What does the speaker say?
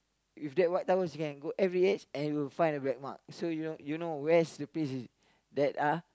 with that white towels you can go every edge and you will find black mark so you don't you know where's the place that are